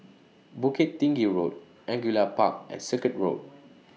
Bukit Tinggi Road Angullia Park and Circuit Road